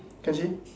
can see